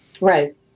Right